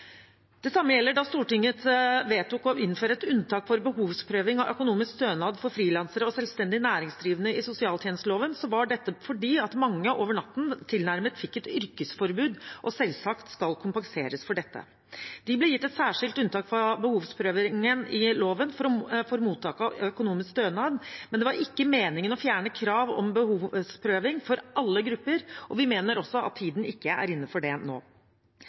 Det samme gjelder Stortingets vedtak om å innføre et unntak for behovsprøving av økonomisk stønad for frilansere og selvstendig næringsdrivende i sosialtjenesteloven fordi mange over natten tilnærmet fikk et yrkesforbud og selvsagt skal kompenseres for dette. De ble gitt et særskilt unntak fra behovsprøvingen i loven for mottak av økonomisk stønad, men det var ikke meningen å fjerne krav om behovsprøving for alle grupper. Vi mener også at tiden ikke er inne for det nå.